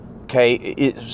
okay